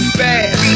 fast